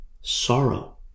sorrow